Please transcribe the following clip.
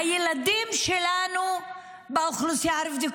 הילדים שלנו באוכלוסייה הערבית,